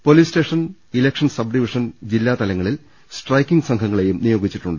police station election sub division ജില്ലാ തലങ്ങളിൽ striking സംഘങ്ങളെയും നിയോഗിച്ചു